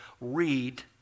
read